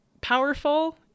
powerful